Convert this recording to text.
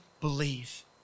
believe